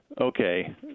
okay